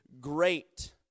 great